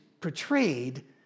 portrayed